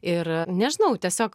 ir nežinau tiesiog